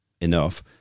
enough